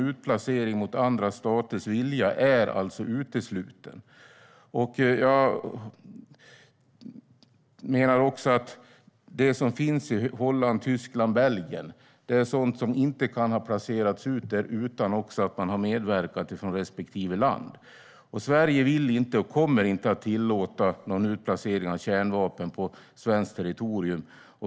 Utplacering mot andra staters vilja är alltså utesluten. Jag menar också att det som finns i Holland, Tyskland och Belgien inte kan ha placerats ut där utan att man från respektive land har medverkat till det. Sverige vill inte och kommer inte att tillåta utplacering av kärnvapen på svenskt territorium.